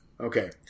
Okay